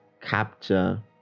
capture